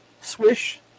Swish